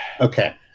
Okay